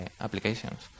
applications